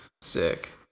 Sick